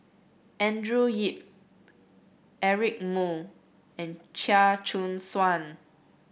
Andrew Yip Eric Moo and Chia Choo Suan